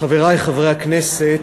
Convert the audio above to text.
חברי חברי הכנסת,